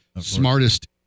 smartest